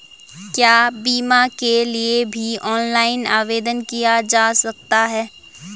क्या बीमा के लिए भी ऑनलाइन आवेदन किया जा सकता है?